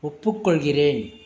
ஒப்புக்கொள்கிறேன்